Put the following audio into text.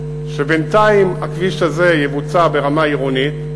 שבינתיים הכביש הזה יבוצע ברמה עירונית,